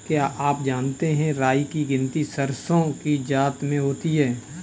क्या आप जानते है राई की गिनती सरसों की जाति में होती है?